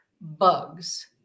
bugs